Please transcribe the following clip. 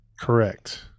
Correct